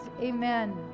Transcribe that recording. amen